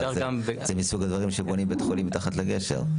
זה מסוג הדברים שבונים בית חולים מתחת לגשר.